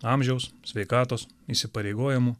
amžiaus sveikatos įsipareigojimų